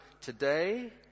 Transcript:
today